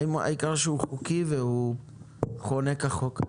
העיקר שהוא חוקי והוא חונה כחוק.